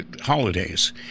holidays